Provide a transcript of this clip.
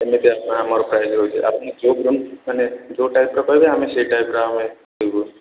ଏମିତି ଆସିବ ଆମର ପ୍ରାଇସ୍ ରହୁଛି ଆପଣ ମାନେ ଯେଉଁ ଟାଇପ୍ର କହିବେ ଆମେ ସେଇ ଟାଇପ୍ର ଆମେ ଦେବୁ